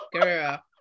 girl